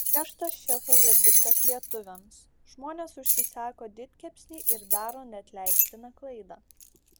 griežtas šefo verdiktas lietuviams žmonės užsisako didkepsnį ir daro neatleistiną klaidą